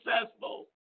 successful